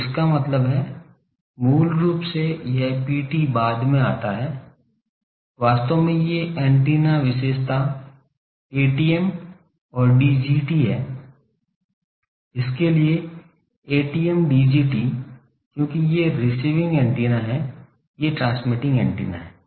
तो इसका मतलब है मूल रूप से यह Pt बाद में आता है वास्तव में ये एंटीना विशेषता Atm और Dgt हैं इस के लिए Atm Dgt क्योंकि ये रिसीविंग एंटीना हैं ये ट्रांसमिटिंग एंटीना हैं